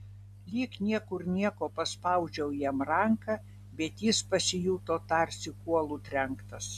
lyg niekur nieko paspaudžiau jam ranką bet jis pasijuto tarsi kuolu trenktas